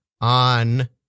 on